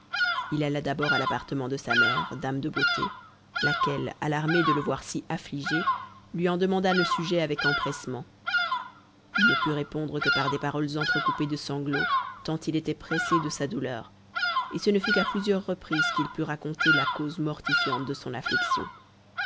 il alla d'abord à l'appartement de sa mère dame de beauté laquelle alarmée de le voir si affligé lui en demanda le sujet avec empressement il ne put répondre que par des paroles entrecoupées de sanglots tant il était pressé de sa douleur et ce ne fut qu'à plusieurs reprises qu'il put raconter la cause mortifiante de son affliction